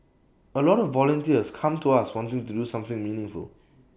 A lot of volunteers come to us wanting to do something meaningful